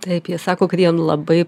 taip jie sako kad jiem labai